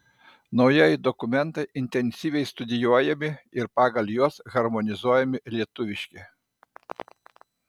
naujieji dokumentai intensyviai studijuojami ir pagal juos harmonizuojami lietuviški